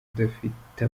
udafite